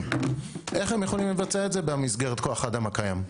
איך הם יכולים לבצע את זה במסגרת כוח-האדם הקיים?